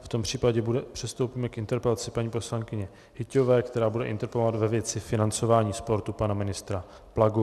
V tom případě přistoupíme k interpelaci paní poslankyně Hyťhové, která bude interpelovat ve věci financování sportu pana ministra Plagu.